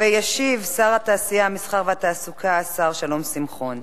ישיב שר התעשייה, המסחר והתעסוקה, השר שלום שמחון.